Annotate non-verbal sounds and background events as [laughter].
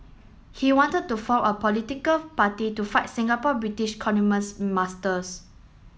he wanted to form a political party to fight Singapore British [unintelligible] masters